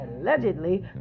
allegedly